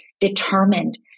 determined